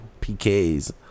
pk's